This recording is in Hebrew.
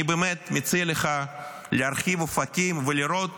אני באמת מציע לך להרחיב אופקים ולראות